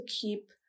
keep